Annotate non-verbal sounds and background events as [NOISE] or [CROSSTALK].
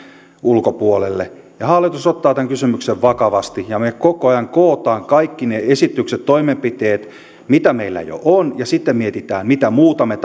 ulkopuolelle hallitus ottaa tämän kysymyksen vakavasti ja me koko ajan kokoamme kaikki ne esitykset toimenpiteet mitä meillä jo on ja sitten mietimme mitä muuta me [UNINTELLIGIBLE]